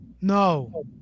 No